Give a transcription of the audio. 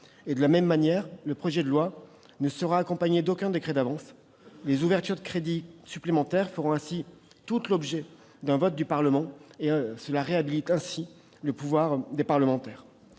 De la même manière, le texte ne sera accompagné d'aucun décret d'avance : les ouvertures de crédits supplémentaires feront toutes l'objet d'un vote du Parlement, ce qui réhabilite le pouvoir des parlementaires.